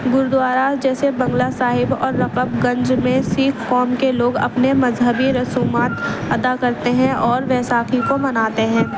گردوارا جیسے بنگلہ صاحب اور رکاب گنج میں سکھ قوم کے لوگ اپنے مذہبی رسومات ادا کرتے ہیں اور ویساکھی کو مناتے ہیں